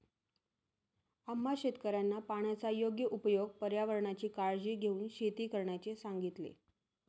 आम्हा शेतकऱ्यांना पाण्याचा योग्य उपयोग, पर्यावरणाची काळजी घेऊन शेती करण्याचे सांगितले